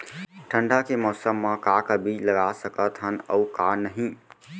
ठंडा के मौसम मा का का बीज लगा सकत हन अऊ का नही?